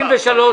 9003,